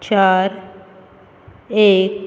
चार एक